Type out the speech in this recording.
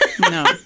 No